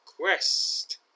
quest